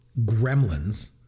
Gremlins